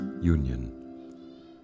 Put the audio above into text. union